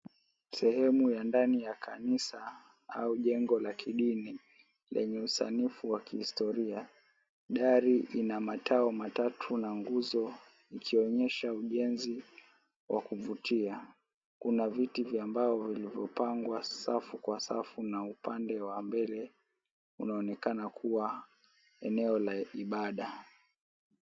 Sehemu ya ndani ya kanisa au jengo la kidini lenye usanifu wa kihistoria diary ina matao matatu na nguzo ikionyesha ujenzi wa kuvutia. Kuna viti vya mbao vilivyopangwa safu kwa safu na upande wa mbere, unaonekana kuwa eneo la ibada.